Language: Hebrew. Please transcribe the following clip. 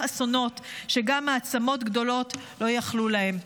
אסונות שגם מעצמות גדולות לא יכלו להם.